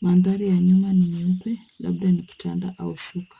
Mandhari ya nyuma ni nyeupe ,labda ni kitanda au shuka.